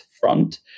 front